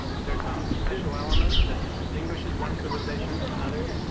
is there some special element that distinguishes one civilization from another?